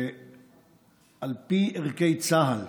על פי ערכי צה"ל